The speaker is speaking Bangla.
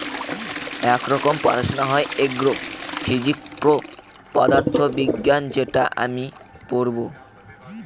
এক রকমের পড়াশোনা হয় এগ্রো ফিজিক্স পদার্থ বিজ্ঞান যেটা আমি পড়বো